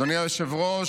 אדוני היושב-ראש,